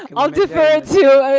i'll defer to,